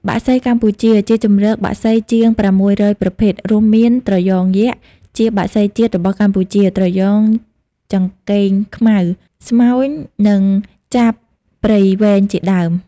បក្សី កម្ពុជាជាជម្រកបក្សីជាង ៦០០ ប្រភេទ រួមមាន ត្រយ៉ងយក្ស ជាបក្សីជាតិរបស់កម្ពុជា ត្រយ៉ងចង្កេងខ្មៅ ស្មោញ និង ចាបព្រៃវែង ជាដើម។